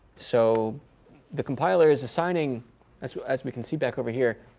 so the compiler is assigning as so as we can see back over here,